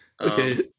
Okay